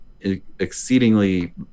exceedingly